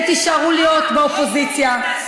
אתם תישארו להיות באופוזיציה.